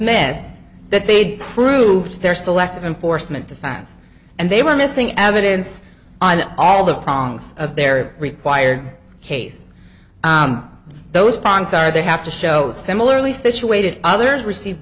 iss that they proved their selective enforcement of fans and they were missing evidence on all the problems of their required case those bonds are they have to show similarly situated others receive